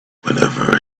whenever